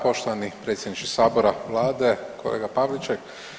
Poštovani predsjedniče Sabora, Vlade, kolega Pavliček.